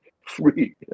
free